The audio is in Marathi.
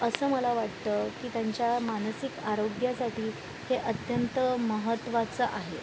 असं मला वाटतं की त्यांच्या मानसिक आरोग्यासाठी हे अत्यंत महत्त्वाचं आहे